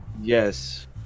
Yes